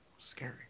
Scary